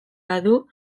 badu